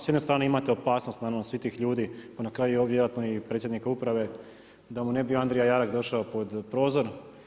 S jedne strane imate opasnost naravno svih tih ljudi, a na kraju ovo vjerojatno i predsjednika uprave, da mu ne bi Andrija Jarak došao pod prozor.